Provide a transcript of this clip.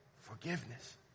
forgiveness